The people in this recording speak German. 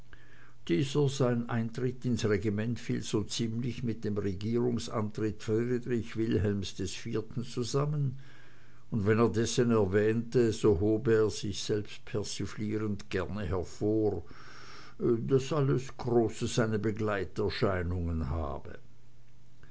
dieser sein eintritt ins regiment fiel so ziemlich mit dem regierungsantritt friedrich wilhelms iv zusammen und wenn er dessen erwähnte so hob er sich selbst persiflierend gerne hervor daß alles große seine begleiterscheinungen habe